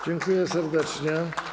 Dziękuję serdecznie.